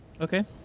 Okay